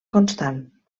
constant